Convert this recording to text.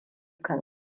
kan